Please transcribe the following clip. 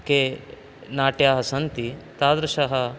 के नाट्याः सन्ति तादृशः